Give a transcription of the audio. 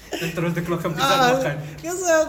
then terus dia keluar kan pizza makan